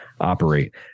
operate